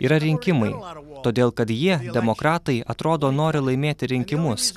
yra rinkimai todėl kad jie demokratai atrodo nori laimėti rinkimus